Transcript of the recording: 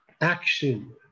action